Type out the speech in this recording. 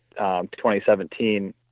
2017